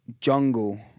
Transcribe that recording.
Jungle